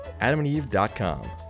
AdamandEve.com